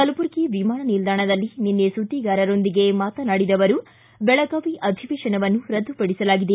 ಕಲಬುರಗಿ ವಿಮಾನ ನಿಲ್ದಾಣದಲ್ಲಿ ನಿನ್ನೆ ಸುದ್ದಿಗಾರರೊಂದಿಗೆ ಮಾತನಾಡಿದ ಅವರು ಬೆಳಗಾವಿ ಅಧಿವೇಶನವನ್ನು ರದ್ದುಪಡಿಸಲಾಗಿದೆ